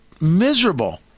miserable